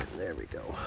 there we go.